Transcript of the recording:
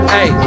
Hey